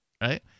right